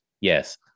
yes